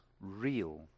real